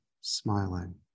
smiling